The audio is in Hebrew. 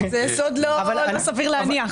זה יסוד לא סביר להניח.